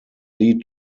lead